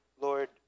Lord